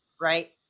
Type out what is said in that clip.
right